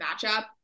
matchup